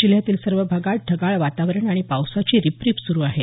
जिल्ह्यातील सर्व भागात ढगाळ वातावरण आणि पाऊसाची रिपरिप सुरू आहे